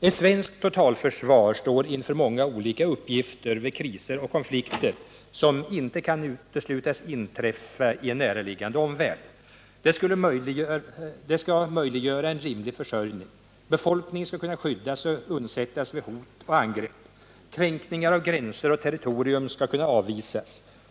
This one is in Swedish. Ett svenskt totalförsvar står inför många olika uppgifter vid kriser och konflikter, som inte kan uteslutas inträffa i en näraliggande omvärld. Det skall möjliggöra en rimlig försörjning. Befolkningen skall kunna skyddas och undsättas vid hot och angrepp. Kränkningar av gränser och territorium skall kunna avvisas.